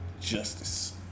justice